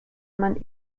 man